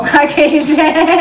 Caucasian